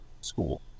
school